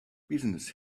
business